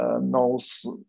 knows